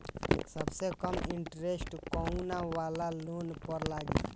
सबसे कम इन्टरेस्ट कोउन वाला लोन पर लागी?